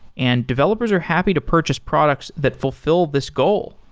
and developers are happy to purchase products that fulfill this goal.